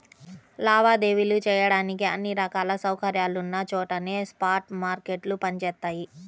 లావాదేవీలు చెయ్యడానికి అన్ని రకాల సౌకర్యాలున్న చోటనే స్పాట్ మార్కెట్లు పనిచేత్తయ్యి